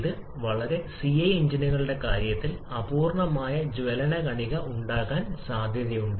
ഇത് വളരെ സിഐ എഞ്ചിനുകളുടെ കാര്യത്തിൽ അപൂർണ്ണമായ ജ്വലന കണിക ഉണ്ടാകാൻ സാധ്യതയുണ്ട്